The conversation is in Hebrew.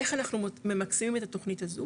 איך אנחנו ממקסמים את התוכנית הזו,